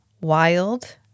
wild